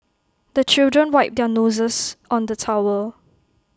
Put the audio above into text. the children wipe their noses on the towel